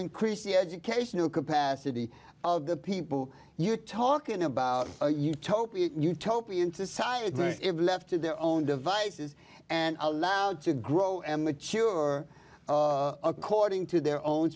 increase the educational capacity of the people you're talking about a utopian utopian society if left to their own devices and allowed to grow and mature according to their own